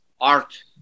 art